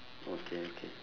okay okay